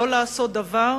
לא לעשות דבר